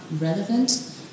relevant